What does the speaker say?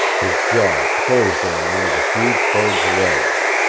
his jaws closed on one of the huge bird's legs.